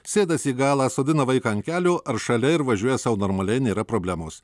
sėdasi į galą sodina vaiką ant kelių ar šalia ir važiuoja sau normaliai nėra problemos